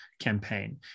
campaign